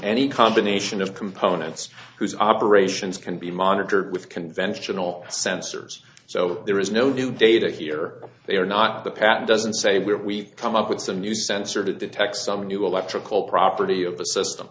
any combination of components whose operations can be monitored with conventional sensors so there is no do data here they are not the path doesn't say where we come up with some new sensor to detect some new electrical property of a system